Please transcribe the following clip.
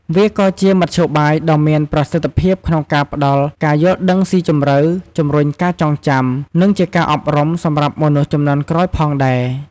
វាក៏ជាមធ្យោបាយដ៏មានប្រសិទ្ធភាពក្នុងការផ្តល់ការយល់ដឹងស៊ីជម្រៅ ជំរុញការចងចាំ និងជាការអប់រំសម្រាប់មនុស្សជំនាន់ក្រោយផងដែរ។